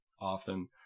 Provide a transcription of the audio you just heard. often